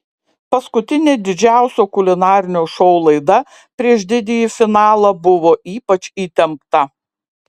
paskutinė didžiausio kulinarinio šou laida prieš didįjį finalą buvo ypač įtempta